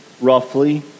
roughly